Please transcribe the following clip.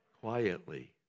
Quietly